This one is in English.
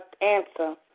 answer